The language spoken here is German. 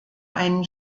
einen